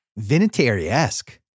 Vinatieri-esque